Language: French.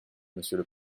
monsieur